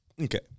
Okay